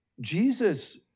Jesus